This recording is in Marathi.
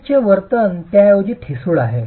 युनिटचे वर्तन त्याऐवजी ठिसूळ आहे